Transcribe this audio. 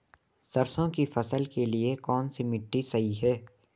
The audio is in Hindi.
सरसों की फसल के लिए कौनसी मिट्टी सही हैं?